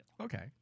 Okay